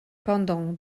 pendant